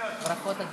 ברכות, כמובן.